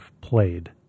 played